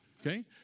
Okay